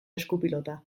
eskupilota